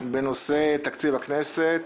בנושא תקציב הכנסת.